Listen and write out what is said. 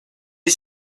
est